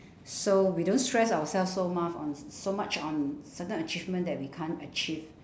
so we don't stress ourselves so much s~ so much on certain achievement that we can't achieve